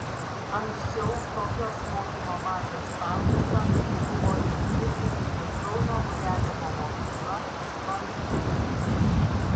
anksčiau tokios mokymo bazės statusą buvo įgijusi tiktai kauno buriavimo mokykla bangpūtys